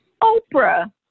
Oprah